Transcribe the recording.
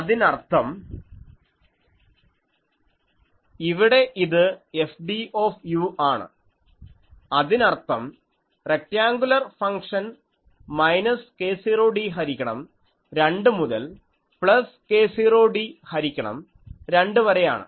അതിനർത്ഥം rectangular function minus k0d ഹരിക്കണം 2 മുതൽ പ്ലസ് k0d ഹരിക്കണം 2 വരെയാണ്